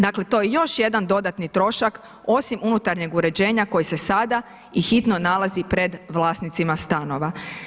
Dakle, to je još jedan dodatni trošak osim unutarnjeg uređenja koji se sada i hitno nalazi pred vlasnicima stanova.